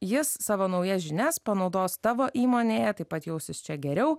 jis savo naujas žinias panaudos tavo įmonėje taip pat jausis čia geriau